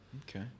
Okay